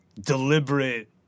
Deliberate